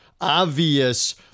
obvious